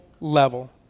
level